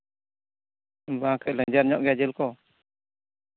ᱵᱟᱝ ᱠᱟᱹᱡ ᱞᱮᱧᱡᱮᱨ ᱧᱚᱜ ᱜᱮᱭᱟ ᱡᱤᱞ ᱠᱚ